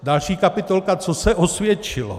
Další kapitolka co se osvědčilo.